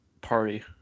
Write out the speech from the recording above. party